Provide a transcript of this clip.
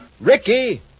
Ricky